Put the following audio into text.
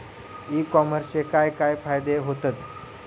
E कॉमर्सचे काय काय फायदे होतत?